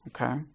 Okay